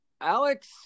Alex